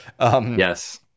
Yes